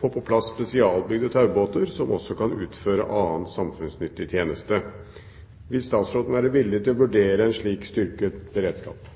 få på plass spesialbygde taubåter som også kan utføre annen samfunnsnyttig tjeneste. Vil statsråden være villig til å vurdere en slik styrket beredskap?»